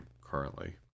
currently